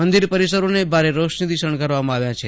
મંદિર પરિસરોને ભારે રોશનીથી શણગારવામાં આવ્યા છે